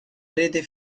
rete